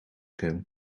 going